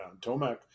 Tomac